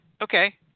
Okay